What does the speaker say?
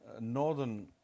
northern